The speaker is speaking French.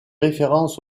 référence